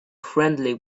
friendly